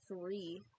three